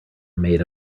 made